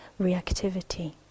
reactivity